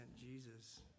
Jesus